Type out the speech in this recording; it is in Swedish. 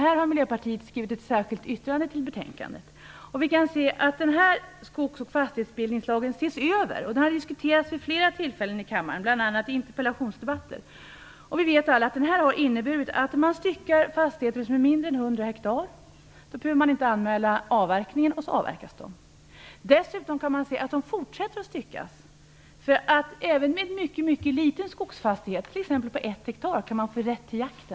Här har Miljöpartiet ett särskilt yttrande i betänkandet. Skogs och fastighetsbildningslagen ses nu över, något som har diskuterats vid flera tillfällen i kammaren bl.a. i interpellationsdebatter. Vi vet alla att man i dag styckar upp fastigheter som är mindre än 100 hektar - då behöver man inte anmäla avverkning - och så avverkas de. Dessutom fortsätter de att styckas. Även med en mycket liten skogsfastighet, t.ex. på 1 hektar, kan man få rätt till jakt.